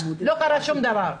לא קרה שום דבר.